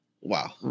Wow